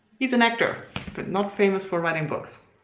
he's an actor but not famous for writing books.